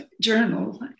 journal